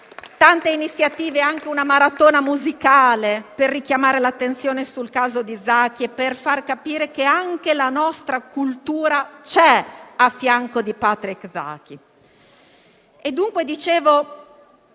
tante iniziative, anche una maratona musicale, per richiamare l'attenzione sul caso di Zaki e per far capire che anche la nostra cultura è presente a fianco di Patrick Zaki.